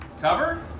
Cover